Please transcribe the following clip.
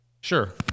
Sure